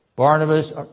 Barnabas